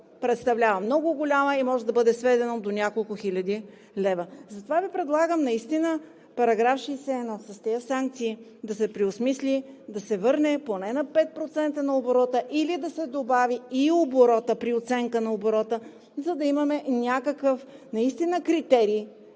представлява много голяма и може да бъде сведена до няколко хиляди лева. Затова Ви предлагам § 61 с тези санкции да се преосмисли, да се върне поне на 5% на оборота или да се добави „и оборота“ при оценка на оборота, за да имаме някакъв критерий,